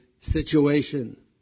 situation